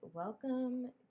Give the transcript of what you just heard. Welcome